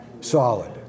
solid